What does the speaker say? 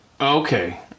Okay